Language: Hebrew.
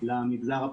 לנושא.